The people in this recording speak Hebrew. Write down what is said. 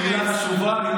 אני הולך בדרך